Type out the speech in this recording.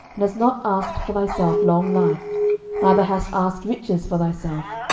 and hast not asked for thyself long life neither hast asked riches for thyself,